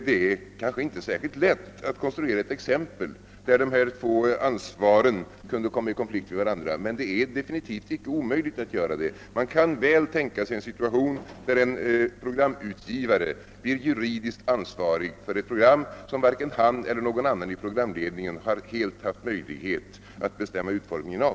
Att konstruera ett fall, där dessa två ansvar kunde komma i konflikt med varandra, är kanske inte särskilt lätt. Men det är definitivt icke omöjligt att göra det. Man kan väl tänka sig en situation där en programutgivare blir juridiskt ansvarig för ett program som varken han eller någon annan i programledningen helt haft möjlighet att bestämma utformningen av.